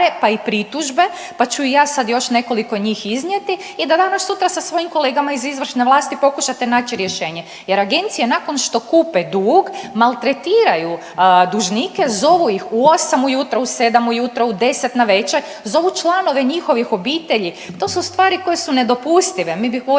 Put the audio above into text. pa i pritužbe pa ću i ja sad još nekoliko njih iznijeti i da danas sutra sa svojim kolegama iz izvršne vlasti pokušate naći rješenje, jer agencije nakon što kupe dug maltretiraju dužnike, zovu ih u 8 u jutro, u 7 u jutro, u 10 navečer. Zovu članove njihovih obitelji. To su stvari koje su nedopustive. Mi bi